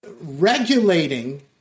regulating